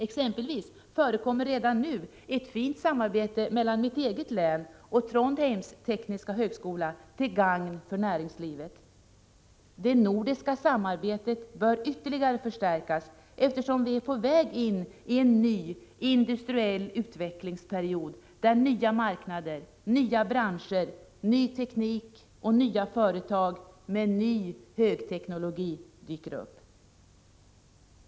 Exempelvis förekommer redan nu ett fint samarbete mellan mitt eget län och Trondheims tekniska högskola till gagn för näringslivet. Det nordiska samarbetet bör ytterligare förstärkas eftersom vi är på väg in i en ny industriell utvecklingsperiod där nya marknader, nya branscher, ny teknik och nya företag med ny högteknologi dyker upp.